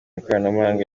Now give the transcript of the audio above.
ikoranabuhanga